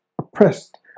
oppressed